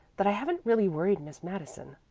that i haven't really worried miss madison.